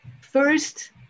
first